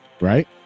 Right